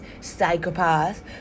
psychopath